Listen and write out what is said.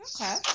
Okay